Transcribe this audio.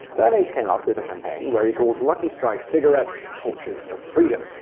bernays came up with a campaign where he called lucky strike cigarettes torches of freedom.